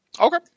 Okay